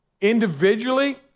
Individually